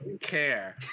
care